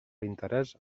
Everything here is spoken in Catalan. interès